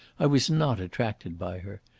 i was not attracted by her.